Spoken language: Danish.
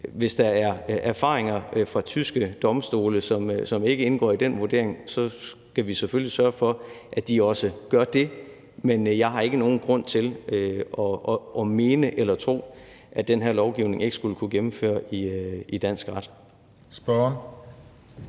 hvis der er erfaringer fra tyske domstole, som ikke indgår i den vurdering, skal vi selvfølgelig sørge for, at de også kommer til at gøre det. Men jeg har ikke nogen grund til at mene eller tro, at den her lovgivning ikke skulle kunne gennemføres i dansk ret. Kl.